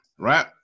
Right